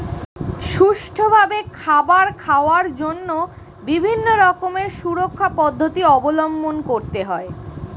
সুষ্ঠুভাবে খাবার খাওয়ার জন্য বিভিন্ন রকমের সুরক্ষা পদ্ধতি অবলম্বন করতে হয়